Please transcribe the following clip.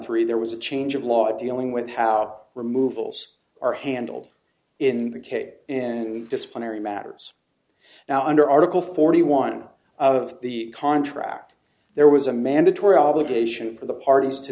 three there was a change of law dealing with how removals are handled in the case in disciplinary matters now under article forty one of the contract there was a mandatory obligation for the parties to